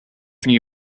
new